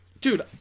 Dude